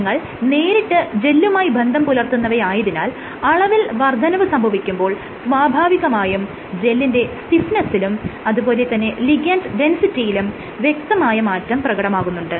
കോശങ്ങൾ നേരിട്ട് ജെല്ലുമായി ബന്ധം പുലർത്തുന്നവയായതിനാൽ അളവിൽ വർദ്ധനവ് സംഭവിക്കുമ്പോൾ സ്വാഭാവികമായും ജെല്ലിന്റെ സ്റ്റിഫ്നെസ്സിലും അതുപോലെ തന്നെ ലിഗാൻഡ് ഡെൻസിറ്റിയിലും വ്യക്തമായ മാറ്റം പ്രകടമാകുന്നുണ്ട്